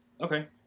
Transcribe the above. Okay